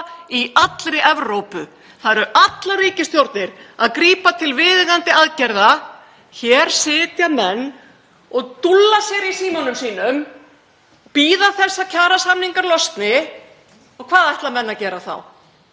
í allri Evrópu. Það eru allar ríkisstjórnir að grípa til viðeigandi aðgerða. Hér sitja menn og dúlla sér í símanum sínum, bíða þess að kjarasamningar losni. Og hvað ætla menn að gera þá?